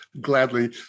Gladly